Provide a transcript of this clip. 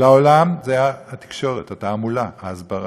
לעולם, היה התקשורת, התעמולה, ההסברה.